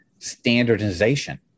Standardization